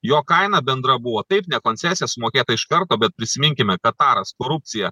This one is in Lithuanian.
jo kaina bendra buvo taip ne koncesija sumokėta iš karto bet prisiminkime kataras korupcija